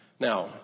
Now